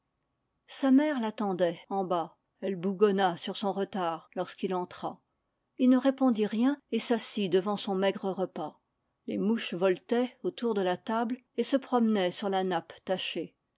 sa mère l'attendait en bas elle bougonna sur son retard lorsqu'il entra il ne répondit rien et s'assit devant son maigre repas les mouches voletaient autour de la table et se promenaient sur la nappe tachée